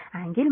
30 8